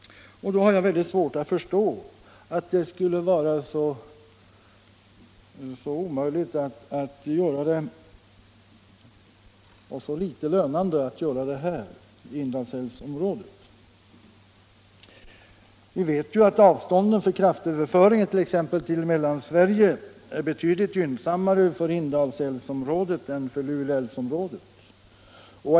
Då har jag väldigt svårt att förstå att det skulle vara så omöjligt och så litet lönande att göra samma sak i Indalsälvsområdet. Vi vet att avstånden för kraftöverföringen till exempelvis Mellansverige är betydligt gynnsammare för Indalsälvsområdet än för Luleälvsområdet.